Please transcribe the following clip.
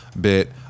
bit